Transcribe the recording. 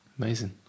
Amazing